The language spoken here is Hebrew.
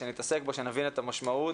שנתעסק בו ושנבין את המשמעות,